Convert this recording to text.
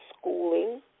schooling